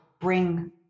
bring